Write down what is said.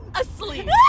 asleep